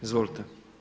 Izvolite.